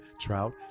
trout